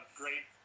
great